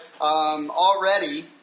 already